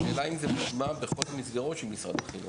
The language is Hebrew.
השאלה היא אם זה מוטמע בכל המסגרות של משרד החינוך.